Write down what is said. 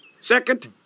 Second